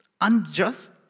unjust